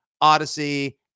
Odyssey